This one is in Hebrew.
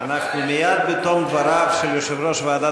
אנחנו מייד בתום דבריו של יושב-ראש ועדת